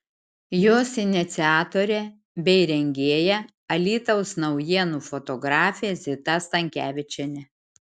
jos iniciatorė bei rengėja alytaus naujienų fotografė zita stankevičienė